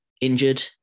injured